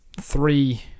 three